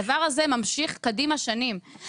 הדבר הזה ממשיך קדימה שנים.